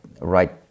right